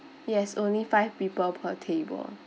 yes only five people per table